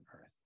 earth